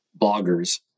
bloggers